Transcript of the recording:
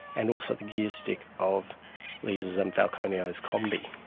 and also the gear stick of lees' and falconio's kombi.